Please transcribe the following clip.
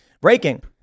Breaking